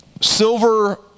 silver